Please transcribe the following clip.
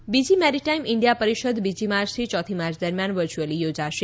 maritime બીજી maritime India પરિષદ બીજી માર્યથી યોથી માર્ય દરમિયાન વર્ચ્યુઅલી યોજાશે